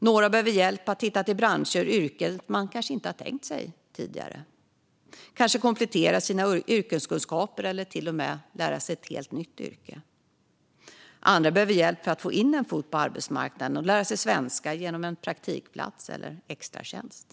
Några behöver hjälp att hitta till branscher och yrken som man kanske inte har tänkt sig tidigare. Man kanske behöver komplettera sina yrkeskunskaper eller till och med lära sig ett helt nytt yrke. Andra behöver hjälp för att få in en fot på arbetsmarknaden och lära sig svenska genom en praktikplats eller extratjänst.